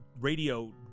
radio